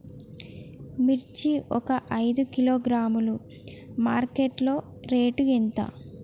మిర్చి ఒక ఐదు కిలోగ్రాముల మార్కెట్ లో రేటు ఎంత?